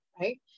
right